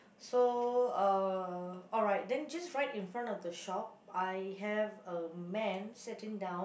so uh alright then just right in front of the shop I have a man sitting down